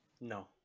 No